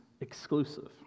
exclusive